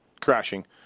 crashing